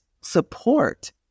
support